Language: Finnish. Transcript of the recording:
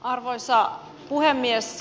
arvoisa puhemies